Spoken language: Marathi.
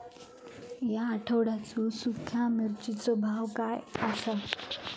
या आठवड्याचो सुख्या मिर्चीचो भाव काय आसा?